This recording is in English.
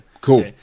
cool